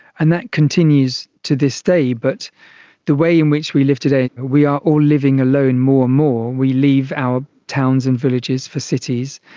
and that continues to this day, but the way in which we live today, we are all living alone more and more. we leave our towns and villages for cities,